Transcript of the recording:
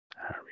Harry